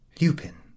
Lupin